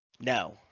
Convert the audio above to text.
No